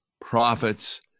prophets